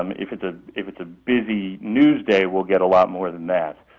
um if it's ah if it's a busy news day, we'll get a lot more than that,